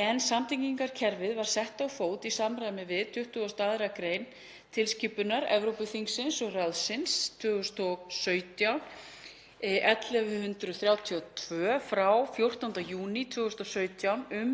en samtengingarkerfið var sett á fót í samræmi við 22. gr. tilskipunar Evrópuþingsins og ráðsins (ESB) 2017/1132 frá 14. júní 2017 um